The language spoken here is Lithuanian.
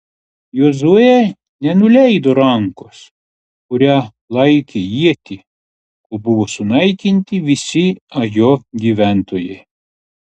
jozuė nenuleido rankos kuria laikė ietį kol buvo sunaikinti visi ajo gyventojai